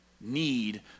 need